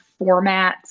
formats